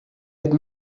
had